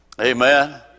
Amen